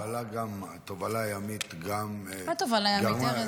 לא, בואי, גם תובלה ימית -- מה תובלה ימית, ארז?